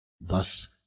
Thus